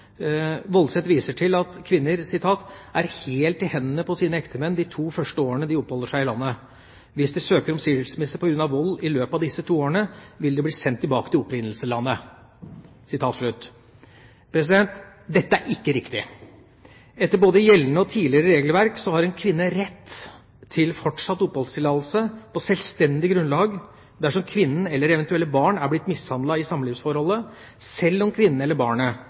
viser til at kvinner «er helt i hendene på sine ektemenn de to første årene de oppholder seg i landet. Hvis de søker om skilsmisse pga. vold i løpet av disse to årene, vil de bli sendt tilbake til opprinnelseslandet.» Dette er ikke riktig. Etter både gjeldende og tidligere regelverk har en kvinne rett til fortsatt oppholdstillatelse på sjølstendig grunnlag dersom kvinnen eller eventuelle barn er blitt mishandlet i samlivsforholdet, sjøl om kvinnen eller barnet